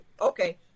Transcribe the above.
Okay